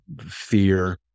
fear